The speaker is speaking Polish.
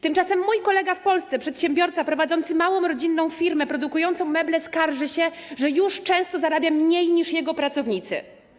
Tymczasem mój kolega w Polsce, przedsiębiorca prowadzący małą rodzinną firmę produkującą meble, skarży się, że często zarabia mniej niż jego pracownicy.